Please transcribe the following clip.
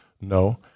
No